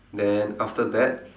then after that